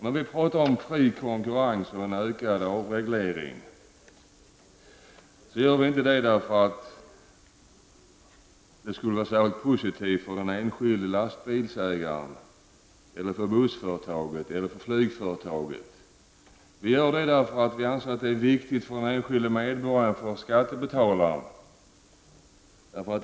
När vi talar om fri konkurrens och en ökad avreglering gör vi inte det med den enskilde lastbilsägaren, det enskilda bussföretaget eller flygföretaget som utgångspunkt, utan för att det är viktigt för den enskilde medborgaren, för skattebetalaren.